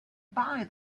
buy